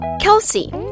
Kelsey